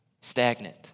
stagnant